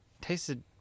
Tasted